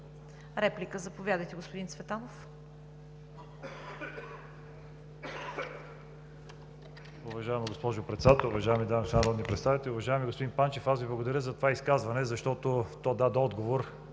Реплика – заповядайте, господин Цветанов.